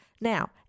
now